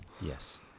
yes